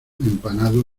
empanado